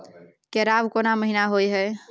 केराव कोन महीना होय हय?